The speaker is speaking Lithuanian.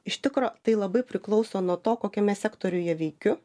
iš tikro tai labai priklauso nuo to kokiame sektoriuje veikiu